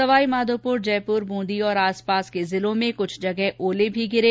सवाई माधोपुर जयपुर बूंदी और आसपास के जिलों में कुछ जगह ओले भी गिरे